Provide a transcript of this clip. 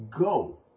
go